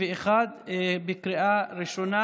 אושרו על ידי מליאת הכנסת.